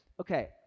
Okay